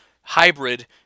hybrid